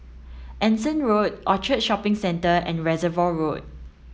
Anson Road Orchard Shopping Centre and Reservoir Road